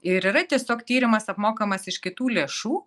ir yra tiesiog tyrimas apmokamas iš kitų lėšų